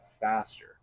faster